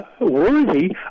worthy